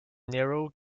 narrow